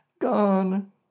Gone